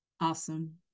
Awesome